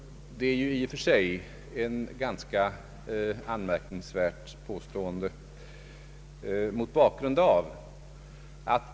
Det är i och för sig ett ganska anmärkningsvärt påstående.